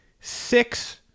six